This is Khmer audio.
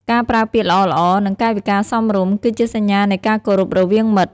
ការប្រើពាក្យល្អៗ និងកាយវិការសមរម្យ គឺជាសញ្ញានៃការគោរពរវាងមិត្ត។